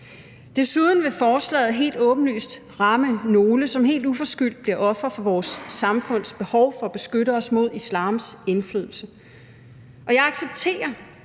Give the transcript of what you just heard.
Desuden vil forslaget helt åbenlyst ramme nogle, som helt uforskyldt bliver ofre for vores samfunds behov for at beskytte os mod islams indflydelse. Jeg accepterer,